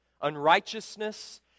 unrighteousness